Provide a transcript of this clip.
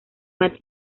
mal